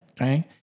Okay